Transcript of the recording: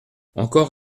encore